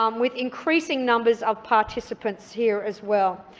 um with increasing numbers of participants here as well.